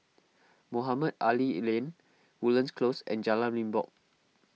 Mohamed Ali Lane Woodlands Close and Jalan Limbok